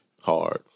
Hard